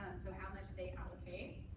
so how much they allocate.